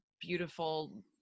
beautiful